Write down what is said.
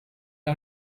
nou